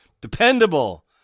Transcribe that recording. dependable